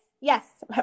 Yes